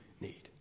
need